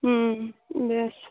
ᱦᱮᱸ ᱵᱮᱥ